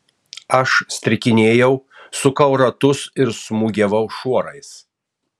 aš strikinėjau sukau ratus ir smūgiavau šuorais